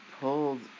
pulled